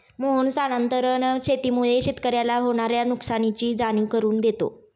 मोहन स्थानांतरण शेतीमुळे शेतकऱ्याला होणार्या नुकसानीची जाणीव करून देतो